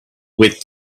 with